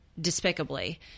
despicably